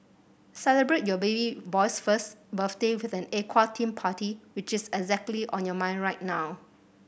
celebrate your baby boy's first birthday with an aqua theme party which is exactly on your mind right now